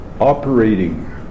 operating